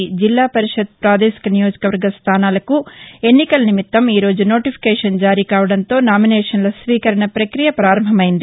జిల్లా పరిషత్ పాదేశిక నియోజక వర్గ స్థానాలకు ఎన్నికల నిమిత్తం ఈ రోజు నోటీఫికేషన్ జారీ కావడంతో నామినేషన్ల స్వీకరణ ప్రక్రియ ప్రారంభమయ్యంది